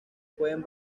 pueden